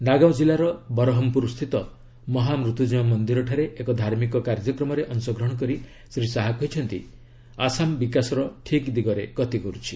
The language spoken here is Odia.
ନାଗାଓଁ କିଲ୍ଲାର ବରହମପୁରସ୍ଥିତ ମହା ମୃତ୍ୟଞ୍ଜୟ ମନ୍ଦିରଠାରେ ଏକ ଧାର୍ମିକ କାର୍ଯ୍ୟକ୍ରମରେ ଅଂଶଗ୍ରହଣ କରି ଶ୍ରୀ ଶାହା କହିଛନ୍ତି ଆସାମ ବିକାଶର ଠିକ୍ ପଥରେ ଗତି କରୁଛି